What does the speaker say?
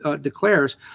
declares